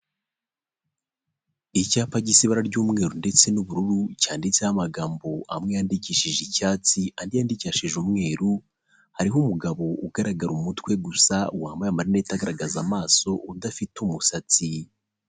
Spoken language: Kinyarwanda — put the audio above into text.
Icyapa gisa ibara ry'umweru ndetse n'ubururu cyanditseho amagambo amwe yandikishije icyatsi andi yandikishije umweru hariho umugabo ugaragara umutwe gusa wambaye amarinete agaragaza amaso udafite umusatsi.